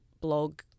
blog